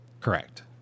Correct